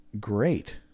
great